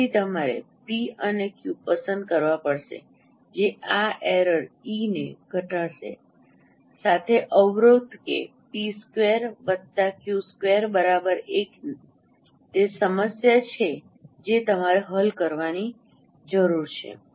તેથી તમારે તે પી અને ક્યૂ પસંદ કરવા પડશે જે આ એરર E ને ઘટાડશે સાથે અવરોધ કે 𝑝2 𝑞2 1 તે સમસ્યા છે જે તમારે હલ કરવાની જરૂર છે